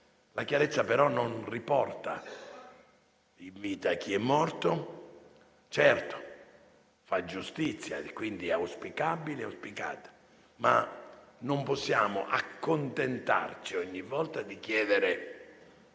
la chiarezza non riporta in vita chi è morto. Certo, fa giustizia e quindi è auspicabile e auspicata, ma non possiamo accontentarci ogni volta di chiedere